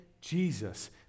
Jesus